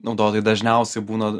naudotojai dažniausiai būna